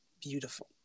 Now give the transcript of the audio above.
beautiful